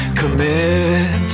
commit